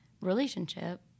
relationship